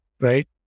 right